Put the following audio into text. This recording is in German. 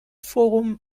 forum